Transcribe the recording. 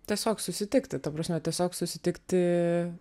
tiesiog susitikti ta prasme tiesiog susitikti